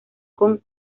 con